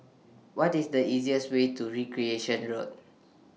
What IS The easiest Way to Recreation Road